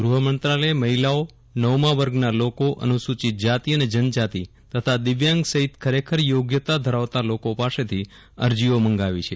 ગૂહમંત્રાલયે મહિલાઓનવમા વર્ગના લોકો અનુસૂચિત જાતિ અને જનજાતિ તથા દીવ્યાંગ સહિત ખરેખર યોગ્યતા ધરાવતા લોકો પાસેથી અરજીઓ મંગાવી છે